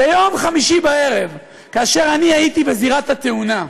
ביום חמישי בערב, כאשר אני הייתי בזירת התאונה,